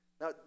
Now